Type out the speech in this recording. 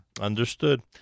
Understood